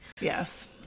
Yes